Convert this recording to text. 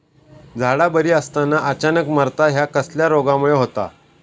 झाडा बरी असताना अचानक मरता हया कसल्या रोगामुळे होता?